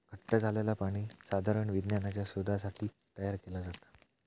घट्ट झालंला पाणी साधारण विज्ञानाच्या शोधासाठी तयार केला जाता